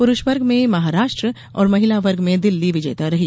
पुरूष वर्ग में महाराष्ट्र और महिला वर्ग में दिल्ली विजेता रही